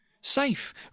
safe